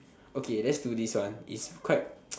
okay let's do this one it's quite